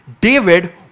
David